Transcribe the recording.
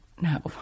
No